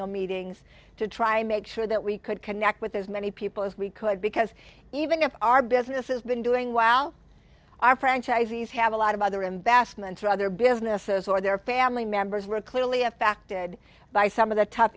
annual meetings to try to make sure that we could connect with as many people as we could because even if our business has been doing wow our franchisees have a lot of other investments or other businesses or their family members were clearly affected by some of the to